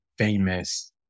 famous